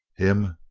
him?